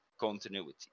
continuity